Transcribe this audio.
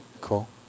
cool